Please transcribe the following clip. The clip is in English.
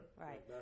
Right